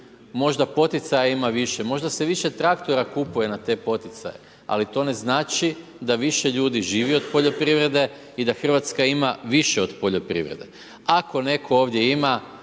Možda poticaja ima više, možda se više traktora kupuje na te poticaje ali to ne znači da više ljudi živi od poljoprivrede i da Hrvatska ima više od poljoprivrede. Ako netko ovdje ima,